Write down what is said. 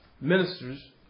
ministers